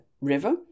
river